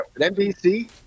NBC